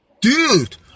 dude